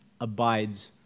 abides